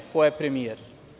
Ko je premijer?